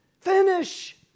Finish